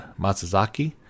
Matsuzaki